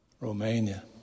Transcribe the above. Romania